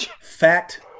fact